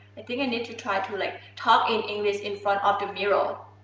think i need to try to like talk in english in front of the mirror.